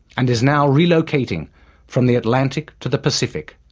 and is now relocating from the atlantic to the pacific.